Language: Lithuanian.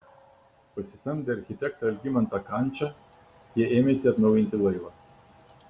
pasisamdę architektą algimantą kančą jie ėmėsi atnaujinti laivą